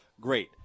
great